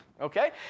Okay